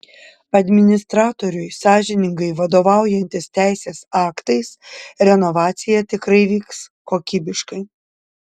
administratoriui sąžiningai vadovaujantis teisės aktais renovacija tikrai vyks kokybiškai